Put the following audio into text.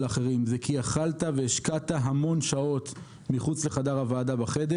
אחרים אלא כי השקעת המון שעות מחוץ לחבר הוועדה בחדר